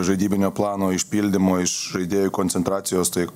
žaidybinio plano išpildymo iš žaidėjų koncentracijos tai